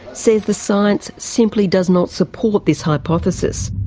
says the science simply does not support this hypothesis.